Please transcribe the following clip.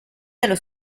dallo